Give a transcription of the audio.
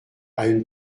une